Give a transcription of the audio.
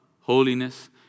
holiness